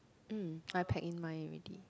(mm)I pack in mine already